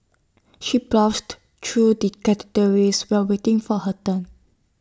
she browsed through the categories while waiting for her turn